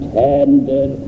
tender